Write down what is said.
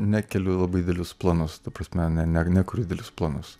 nekeliu labai didelius planus ta prasme nekuriu didelius planus